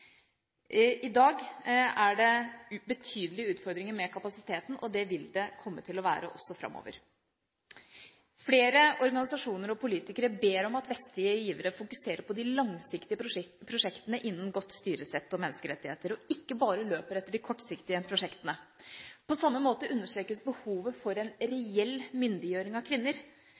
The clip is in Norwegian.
I dag er det betydelige utfordringer med kapasiteten, og det vil det komme til å være også framover. Flere organisasjoner og politikere ber om at vestlige givere fokuserer på de langsiktige prosjektene innenfor godt styresett og menneskerettigheter og ikke bare løper etter de kortsiktige prosjektene. På samme måte understrekes behovet for en reell myndiggjøring av kvinner